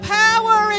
power